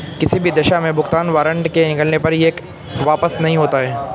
किसी भी दशा में भुगतान वारन्ट के निकलने पर यह वापस नहीं होता है